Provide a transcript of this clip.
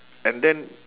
and then